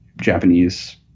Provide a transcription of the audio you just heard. japanese